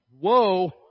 whoa